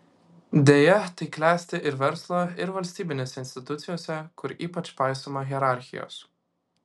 deja tai klesti ir verslo ir valstybinėse institucijose kur ypač paisoma hierarchijos